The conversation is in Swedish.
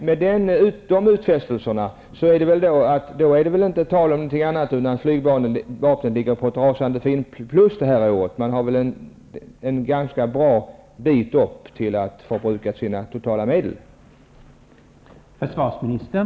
Med dessa utfästelser är det väl inte tal om någonting annat än att flygvapnet ligger på ett rasande fint plus detta år? Flygvapnet har väl en bra bit kvar till att förbruka de totala medlen.